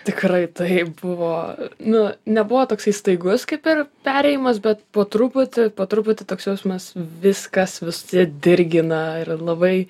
tikrai taip buvo nu nebuvo toksai staigus kaip ir perėjimas bet po truputį po truputį toks jausmas viskas vis dirgina ir labai